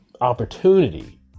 opportunity